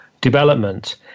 development